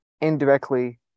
indirectly